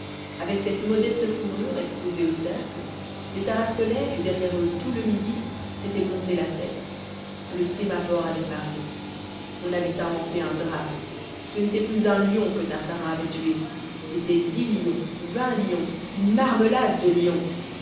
avec cette modeste fourrure exposée au cercle les tarasconnais et derrière eux tout le midi s'étaient monté la tête le sémaphore avait parlé on avait inventé un drame ce n'était plus un lion que tartarin avait tué c'étaient dix lions vingt lions une marmelade de lions